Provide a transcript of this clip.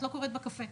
את לא קוראת בקפה.